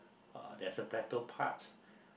uh there's a plateau part